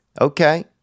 Okay